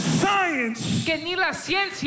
science